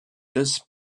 this